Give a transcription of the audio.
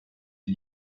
för